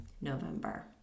november